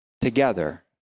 together